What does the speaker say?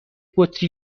بطری